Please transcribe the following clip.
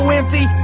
empty